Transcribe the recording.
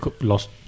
lost